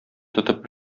тотып